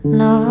no